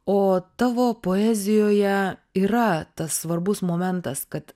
o tavo poezijoje yra tas svarbus momentas kad